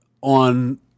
on